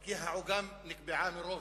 כי העוגה נקבעה מראש.